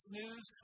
news